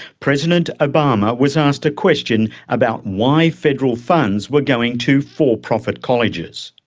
president obama was asked a question about why federal funds were going to for-profit colleges.